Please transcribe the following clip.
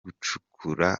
gucukura